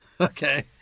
Okay